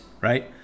right